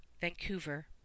Vancouver